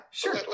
sure